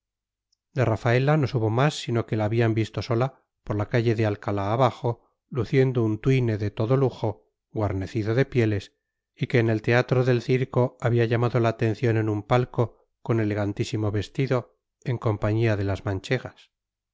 de rafaela no supo más sino que la habían visto sola por la calle de alcalá abajo luciendo un twine de todo lujo guarnecido de pieles y que en el teatro del circo había llamado la atención en un palco con elegantísimo vestido en compañía de las manchegas